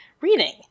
reading